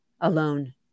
alone